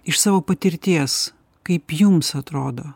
iš savo patirties kaip jums atrodo